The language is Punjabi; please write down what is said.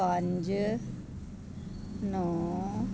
ਪੰਜ ਨੌ